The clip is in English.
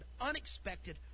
unexpected